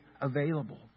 available